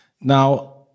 Now